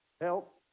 help